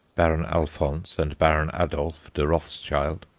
baron alphonse and baron adolf de rothschild,